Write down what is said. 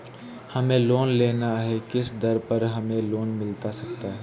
हमें लोन लेना है किस दर पर हमें लोन मिलता सकता है?